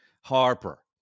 Harper